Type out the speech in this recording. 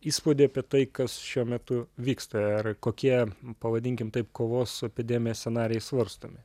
įspūdį apie tai kas šiuo metu vyksta ar kokie pavadinkim taip kovos su epidemija scenarijai svarstomi